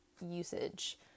usage